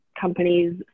companies